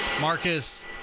Marcus